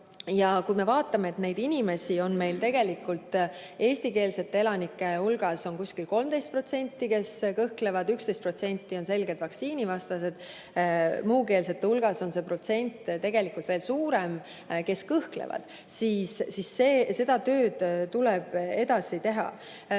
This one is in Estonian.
Ja kui me vaatame, siis neid inimesi on meil eestikeelsete elanike hulgas kusagil 13%, kes kõhklevad. 11% on selgelt vaktsiinivastased. Muukeelsete hulgas on see protsent tegelikult veel suurem, kes kõhklevad. Seega seda tööd tuleb edasi teha.